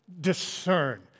discern